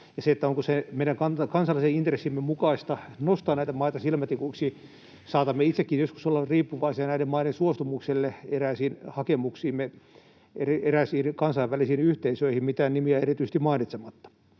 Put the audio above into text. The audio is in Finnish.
meidän kansallisen intressimme mukaista nostaa näitä maita silmätikuiksi. Saatamme itsekin joskus olla riippuvaisia näiden maiden suostumukselle eräisiin hakemuksiimme eräisiin kansainvälisiin yhteisöihin mitään nimiä erityisesti mainitsematta.